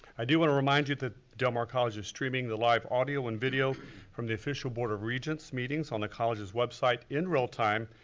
i do wanna remind you that, del mar college is streaming the live audio and video from the official board of regents meetings on the college's website in real time,